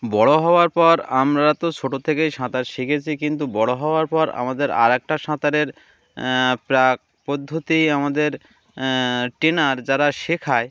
বড়ো হওয়ার পর আমরা তো ছোটো থেকেই সাঁতার শিখেছি কিন্তু বড়ো হওয়ার পর আমাদের আরেকটা সাঁতারের পদ্ধতি আমাদের ট্রেনার যারা শেখায়